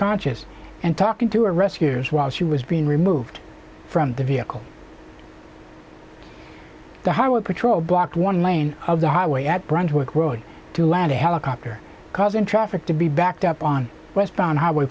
conscious and talking to her rescuers while she was being removed from the vehicle the highway patrol blocked one lane of the highway at brunswick road to land a helicopter causing traffic to be backed up on westbound highway